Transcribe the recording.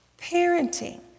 parenting